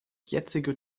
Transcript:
jetzige